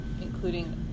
including